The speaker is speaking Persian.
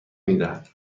میدهد